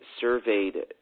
surveyed